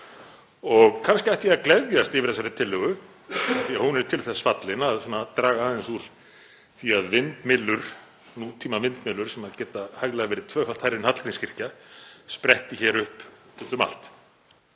Kannski ætti ég að gleðjast yfir þessari tillögu, því að hún er til þess fallin að draga aðeins úr því að nútímavindmyllur, sem geta hæglega verið tvöfalt hærri en Hallgrímskirkja, spretti hér upp út um allt,